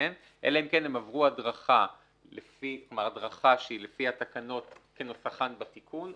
אלא אם כן עברו הדרכה שהיא לפי התקנות כנוסחן בתיקון,